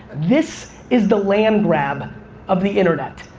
this is the land grab of the internet.